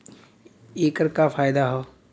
ऐकर का फायदा हव?